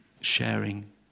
sharing